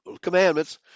commandments